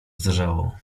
zdarzało